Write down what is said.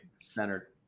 Centered